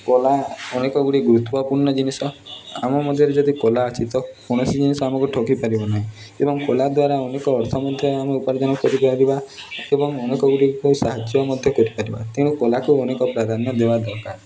କଳା ଅନେକ ଗୁଡ଼ିଏ ଗୁରୁତ୍ୱପୂର୍ଣ୍ଣ ଜିନିଷ ଆମ ମଧ୍ୟରେ ଯଦି କଳା ଅଛି ତ କୌଣସି ଜିନିଷ ଆମକୁ ଠକି ପାରିବ ନାହିଁ ଏବଂ କଳାଦ୍ୱାରା ଅନେକ ଅର୍ଥ ମଧ୍ୟ ଆମେ ଉପାର୍ଜନ କରିପାରିବା ଏବଂ ଅନେକ ଗୁଡ଼ିକୁ ସାହାଯ୍ୟ ମଧ୍ୟ କରିପାରିବା ତେଣୁ କଳାକୁ ଅନେକ ପ୍ରାଧାନ୍ୟ ଦେବା ଦରକାର